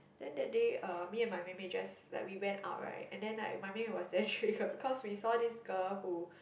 then that day me and my mei mei just like we went out right and then like my mei mei was damn triggered cause we saw this girl who